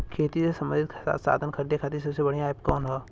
खेती से सबंधित साधन खरीदे खाती सबसे बढ़ियां एप कवन ह?